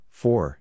four